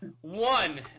One